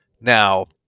Now